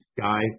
guy